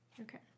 Okay